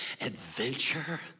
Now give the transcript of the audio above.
adventure